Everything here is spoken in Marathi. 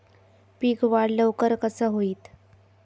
पीक वाढ लवकर कसा होईत?